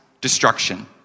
destruction